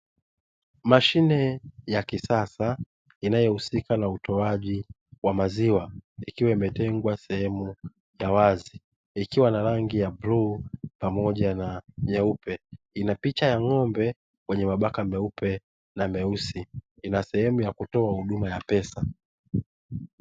Mashine ya kisasa inayohusika na utoaji na maziwa ikiwa imetengwa sehemu ya wazi, ikiwa na rangi ya bluu pamoja na nyeupe, ina picha ya ng'ombe mwenye mabaka meupe na meusi, ina sehemu ya kutoa huduma ya pesa.